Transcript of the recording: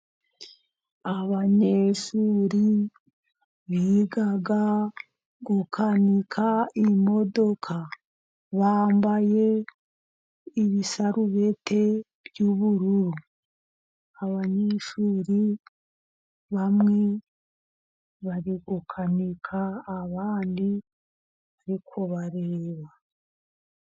Abanyeshuri biga gukanika imodoka, bambaye ibisarubete by'ubururu, abanyeshuri bamwe bari gukanika abandi bari kubareba.